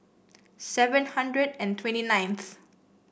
seven hundred and twenty ninth